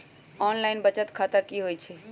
Online बचत खाता की होई छई?